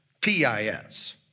p-i-s